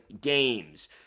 games